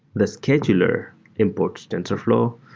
the scheduler imports tensorflow.